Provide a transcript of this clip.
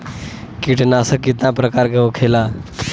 कीटनाशक कितना प्रकार के होखेला?